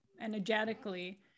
energetically